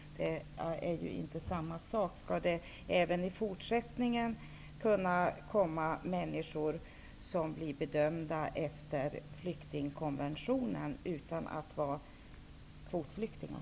Det är inte samma sak. Skall det även i fortsättningen kunna komma hit människor som blir bedömda efter flyktingkonventionen, utan att de är kvotflyk tingar?